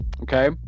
Okay